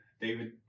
David